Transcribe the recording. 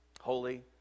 Holy